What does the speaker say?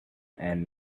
and